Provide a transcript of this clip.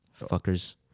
fuckers